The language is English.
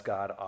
God